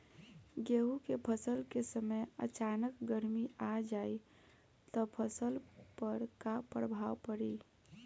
गेहुँ के फसल के समय अचानक गर्मी आ जाई त फसल पर का प्रभाव पड़ी?